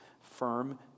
firm